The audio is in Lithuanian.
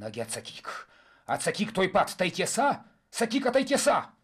nagi atsakyk atsakyk tuoj pat tai tiesa sakyk kad tai tiesa